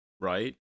right